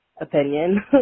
opinion